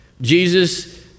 Jesus